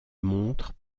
montre